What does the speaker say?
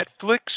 Netflix